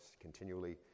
continually